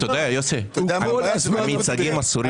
אתה יודע, יוסי, המיצגים אסורים פה.